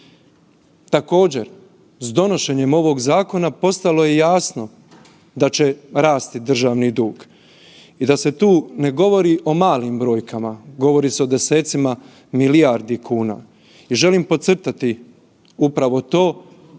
Također, s donošenjem ovog zakona postalo je jasno da će rasti državni dug i da se tu ne govori o malim brojkama, govori se o desecima milijardi kuna. I želim podcrtati upravo to